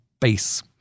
base